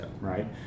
right